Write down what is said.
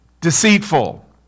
deceitful